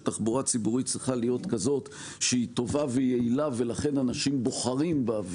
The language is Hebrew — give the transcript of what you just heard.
שתחבורה ציבורית צריכה להיות טובה ויעילה ולכן אנשים בוחרים בה,